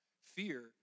Fear